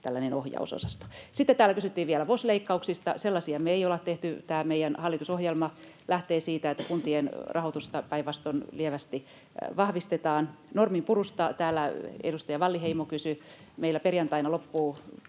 tällainen ohjausosasto. Sitten täällä kysyttiin vielä VOS-leikkauksista. Sellaisia me ei olla tehty. Tämä meidän hallitusohjelma lähtee siitä, että kuntien rahoitusta päinvastoin lievästi vahvistetaan. Norminpurusta täällä edustaja Wallinheimo kysyi. Meillä perjantaina loppuu